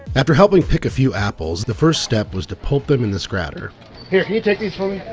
after helping pick a few apples the first step was to put them in the scratter here can you take these for me?